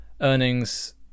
earnings